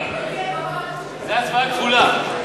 זאת הצבעה כפולה.